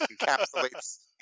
encapsulates